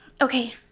Okay